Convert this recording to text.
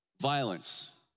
Violence